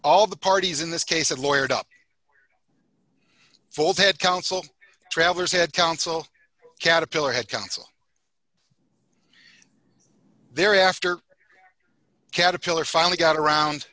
all the parties in this case had lawyers up fold had counsel travelers had counsel caterpillar had counsel there after caterpillar finally got around